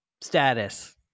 status